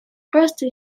просто